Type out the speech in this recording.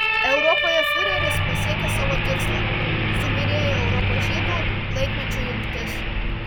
europoje fiureris pasiekė savo tikslą subyrėjo europos žydų laikmečių jungtis